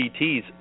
PTs